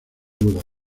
aluminio